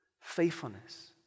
Faithfulness